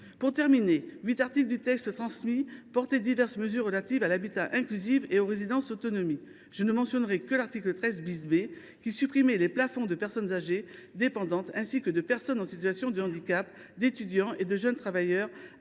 Pour terminer, huit articles du texte transmis portaient diverses mesures relatives à l’habitat inclusif et aux résidences autonomie. Je ne mentionnerai que l’article 13 B, qui supprimait les plafonds de personnes âgées dépendantes ainsi que de personnes en situation de handicap, d’étudiants et de jeunes travailleurs